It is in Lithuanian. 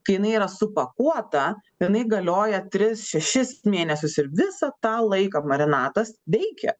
kai jinai yra supakuota jinai galioja tris šešis mėnesius ir visą tą laiką marinatas veikia